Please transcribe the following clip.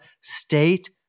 state